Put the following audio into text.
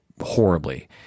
horribly